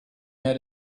had